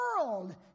world